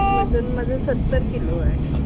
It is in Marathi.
वजन माझं सत्तर किलो आहे